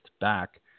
back